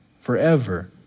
forever